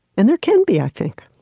and there can be, i think.